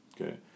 Okay